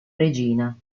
regina